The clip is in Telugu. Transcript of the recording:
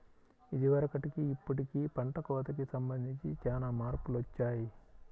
ఇదివరకటికి ఇప్పుడుకి పంట కోతకి సంబంధించి చానా మార్పులొచ్చాయ్